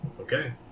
Okay